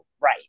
right